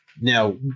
now